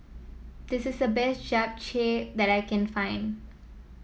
this is the best Japchae that I can find